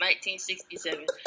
1967